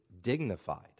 dignified